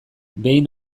behin